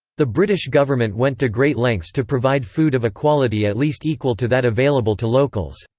the british government went to great lengths to provide food of a quality at least equal to that available to locals.